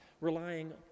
relying